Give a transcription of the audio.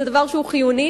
דבר שהוא חיוני,